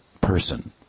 person